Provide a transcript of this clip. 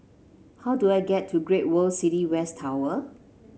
how do I get to Great World City West Tower